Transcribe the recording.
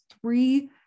three